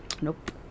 Nope